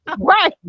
Right